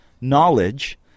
knowledge